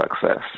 success